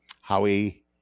Howie